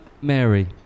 Mary